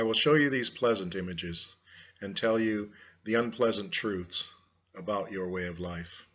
i will show you these pleasant images and tell you the unpleasant truths about your way of life